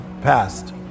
passed